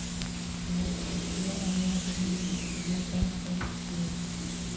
हमर पितिया आयात निर्यात के व्यापार करइ छिन्ह